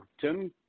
Tim